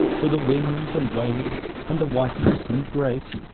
for the winds and waves, and the whiteness and grace,